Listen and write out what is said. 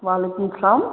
وعلیکُم السَلام